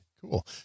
cool